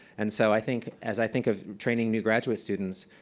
and so i think as i think of training new graduate students,